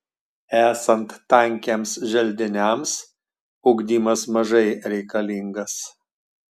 esant tankiems želdiniams ugdymas mažai reikalingas